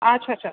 अच्छा अच्छा